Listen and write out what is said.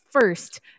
first